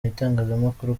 itangazamakuru